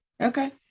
Okay